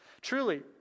Truly